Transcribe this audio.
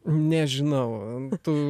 nežinau tu